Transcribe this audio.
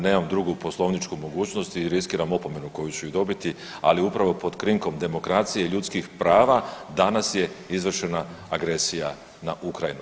Nemam drugu poslovničku mogućnost i riskiram opomenu koju ću i dobiti, ali upravo pod krinkom demokracije ljudskih prava danas je izvršena agresija na Ukrajinu.